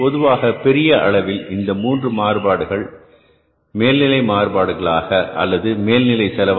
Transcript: பொதுவாக பெரிய அளவில் இந்த மூன்று பெரிய மாறுபாடுகளை மேல் நிலை மாறுபாடுகள் ஆக அல்லது மேல் நிலை செலவு